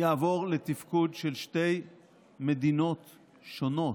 זה יעבור לתפקוד של שתי מדינות שונות.